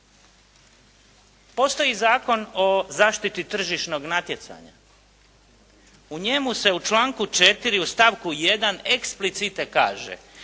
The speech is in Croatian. Postoji Zakon o zaštiti tržišnog natjecanja, u njemu se u članku 4. u stavku 1. explicite kaže: